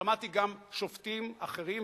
שמעתי גם שופטים אחרים,